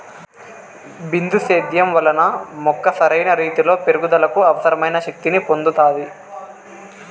బిందు సేద్యం వలన మొక్క సరైన రీతీలో పెరుగుదలకు అవసరమైన శక్తి ని పొందుతాది